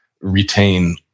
retain